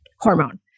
Hormone